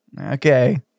Okay